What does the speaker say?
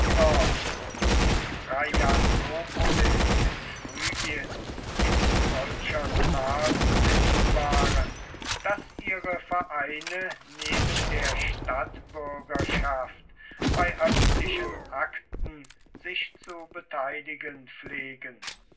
und traianopolis in phrygien in solcher zahl zu finden waren daß ihre vereine neben der stadtbürgerschaft bei öffentlichen akten sich zu beteiligen pflegen